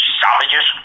savages